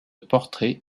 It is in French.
portraits